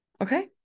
Okay